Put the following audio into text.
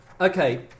Okay